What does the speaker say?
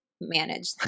manage